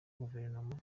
guverinoma